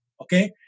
okay